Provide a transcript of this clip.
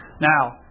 now